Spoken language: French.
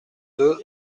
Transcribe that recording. deux